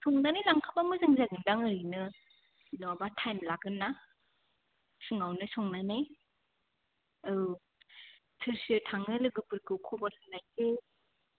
संनानै लांखाबा मोजां जागोनदां ओरैनो नङाबा टाइम लागोन ना फुङावनो संनानै औ सोर सोर थाङो लोगोफोरखौ खबर होलायसै